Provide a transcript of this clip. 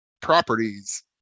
properties